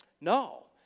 No